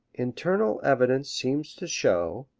internal evidence seems to show,